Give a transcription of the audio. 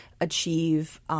achieve –